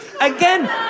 Again